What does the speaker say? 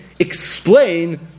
explain